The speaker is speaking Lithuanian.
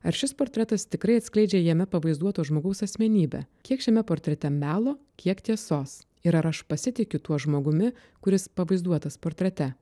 ar šis portretas tikrai atskleidžia jame pavaizduoto žmogaus asmenybę kiek šiame portrete melo kiek tiesos ir aš pasitikiu tuo žmogumi kuris pavaizduotas portrete